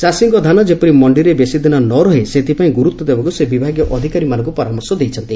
ଚାଷୀଙ୍କ ଧାନ ଯେପରି ମଖିରେ ବେଶୀ ଦିନ ନ ରହେ ସେଥିପାଇଁ ଗୁରୁତ୍ୱ ଦେବାକୁ ସେ ବିଭାଗୀୟ ଅଧିକାରୀମାନଙ୍କୁ ପରାମର୍ଶ ଦେଇଛନ୍ତି